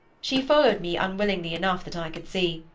she followed me unwillingly enough that i could see.